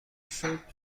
شکر